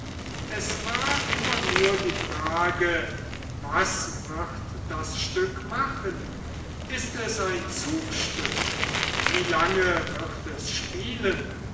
es war immer nur die frage was wird das stück machen ist es ein zugstück wie lange wird es spielen